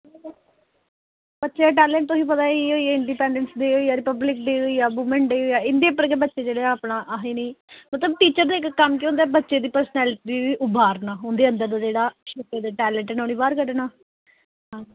बच्चें दा टैलेंट तुसेंगी पता इ'यो जेह् इंडिपेंडेंस डे होई गेआ रिपब्लिक डे होई गेआ टीचर्स डे होई गेआ वूमन डे होई गेआ इं'दे पर गै बच्चें जेह्ड़ा अपना आहीं न मतलब टीचर दा इक कम्म केह् होंदा कि बच्चें दी पर्सनैलिटी उभारना उं'दे अंदर जेह्ड़ा छिप्पे दा टेलेंट ऐ उनेंगी बाहर कड्ढना